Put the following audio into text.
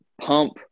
pump